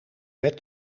wet